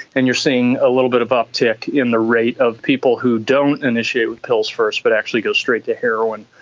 and you're seeing a little bit of uptick in the rate of people who don't initiate with pills first but actually go straight to heroin,